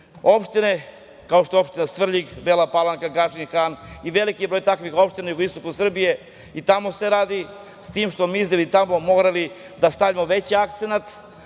Srbije. Opštine, kao što je opština Svrljig, Bela Palanka, Gadžin Han i veliki broj takvih opština na jugoistoku Srbije, i tamo se radi, s tim što bismo mi tamo morali da stavimo veći akcenat,